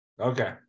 Okay